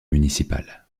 municipal